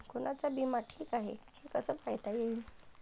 कोनचा बिमा ठीक हाय, हे कस पायता येईन?